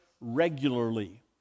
regularly